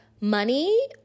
money